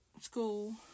school